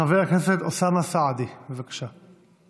חבר הכנסת אוסאמה סעדי, בבקשה.